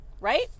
right